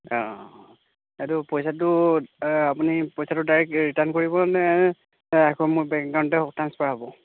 অঁ এইটো পইচাটো আপুনি পইচাটো ডাইৰেক্ট ৰিটাৰ্ণ কৰিব নে নে আকৌ মোৰ বেংক একাউণ্টতে আকৌ ট্ৰাঞ্চফাৰ হ'ব